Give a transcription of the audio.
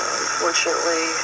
unfortunately